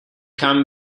can